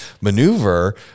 maneuver